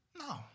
No